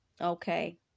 Okay